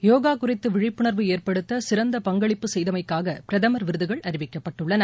யோகா குறித்து விழிப்புணர்வு ஏற்படுத்த சிறந்த பங்களிப்பு செய்தமைக்காக பிரதமர் விருதுகள் அறிவிக்கப்பட்டுள்ளன